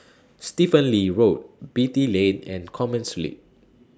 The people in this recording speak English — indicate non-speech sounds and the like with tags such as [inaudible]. Stephen Lee Road Beatty Lane and Commerce [unintelligible]